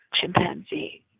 chimpanzee